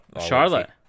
Charlotte